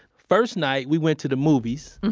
first night we went to the movies.